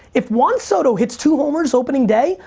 if juan soto hits two homers opening day,